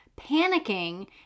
panicking